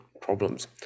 problems